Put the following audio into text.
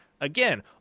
Again